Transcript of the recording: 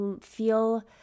Feel